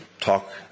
talk